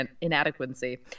inadequacy